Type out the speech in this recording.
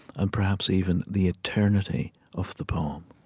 and perhaps even the eternity of the poem